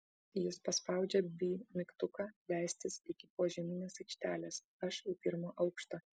jis paspaudžia b mygtuką leistis iki požeminės aikštelės aš į pirmą aukštą